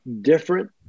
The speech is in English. different